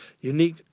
unique